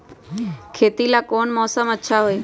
खेती ला कौन मौसम अच्छा होई?